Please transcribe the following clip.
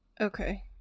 Okay